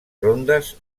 rondes